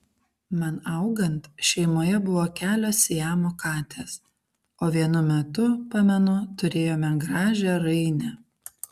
man augant šeimoje buvo kelios siamo katės o vienu metu pamenu turėjome gražią rainę